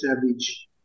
savage